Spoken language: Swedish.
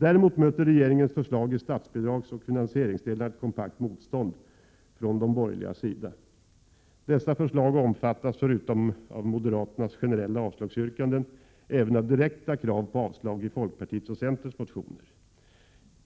Däremot möter regeringens förslag i statsbidragsoch finansieringsdelarna ett kompakt motstånd från de borgerligas sida. Dessa förslag omfattas förutom av moderaternas generella avslagsyrkande även av direkta krav på avslag i folkpartiets och centerns motioner.